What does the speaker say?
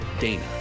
Dana